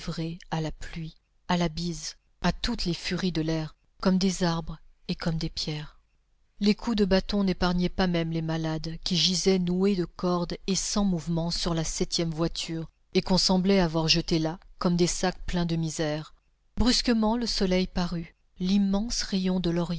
à la pluie à la bise à toutes les furies de l'air comme des arbres et comme des pierres les coups de bâton n'épargnaient pas même les malades qui gisaient noués de cordes et sans mouvement sur la septième voiture et qu'on semblait avoir jetés là comme des sacs pleins de misère brusquement le soleil parut l'immense rayon de